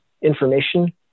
information